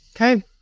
Okay